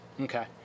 Okay